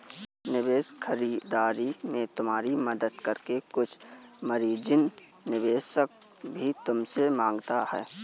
निवेश खरीदारी में तुम्हारी मदद करके कुछ मार्जिन निवेशक भी तुमसे माँगता है